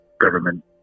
government